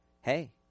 Hey